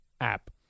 app